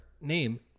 name